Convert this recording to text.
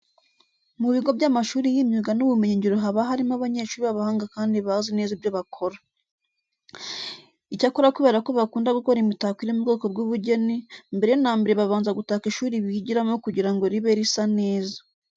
Mu bigo by'amashuri y'imyuga n'ubumenyingiro haba harimo abanyeshuri b'abahanga kandi bazi neza ibyo bakora. Icyakora kubera ko bakunda gukora imitako iri mu bwoko bw'ubugeni, mbere na mbere babanza gutaka ishuri bigiramo kugira ngo ribe risa neza.